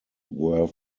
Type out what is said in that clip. were